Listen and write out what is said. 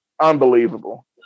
unbelievable